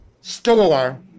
store